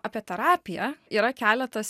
apie terapiją yra keletas